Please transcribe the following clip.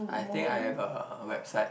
I think I have a website